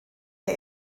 der